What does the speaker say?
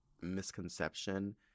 misconception